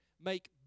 make